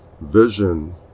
vision